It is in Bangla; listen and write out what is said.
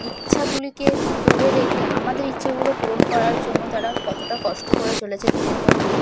ইচ্ছাগুলিকে দূরে রেখে আমাদের ইচ্ছাগুলো পূরণ করার জন্য তারা কতটা কষ্ট করে চলেছে দিনের পর দিন